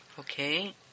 Okay